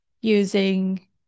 using